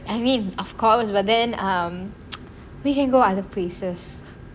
I mean of course but then um we can go other places